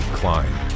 climb